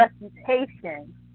reputation